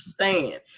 understand